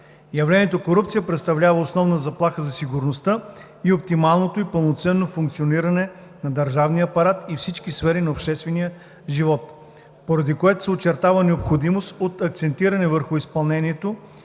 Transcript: Явлението корупция представлява основна заплаха за сигурността и оптималното и пълноценно функциониране на държавния апарат и всички сфери на обществения живот, поради което се очертава необходимост от акцентиране върху изпълнението